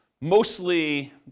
mostly